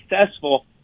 successful